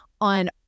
on